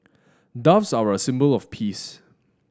doves are a symbol of peace